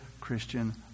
christian